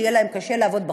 שיהיה להם קשה לעבוד בחוץ.